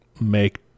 make